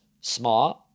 smart